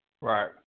Right